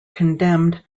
condemned